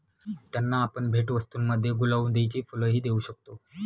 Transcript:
त्यांना आपण भेटवस्तूंमध्ये गुलौदीची फुलंही देऊ शकता